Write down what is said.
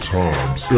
times